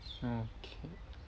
okay